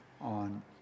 on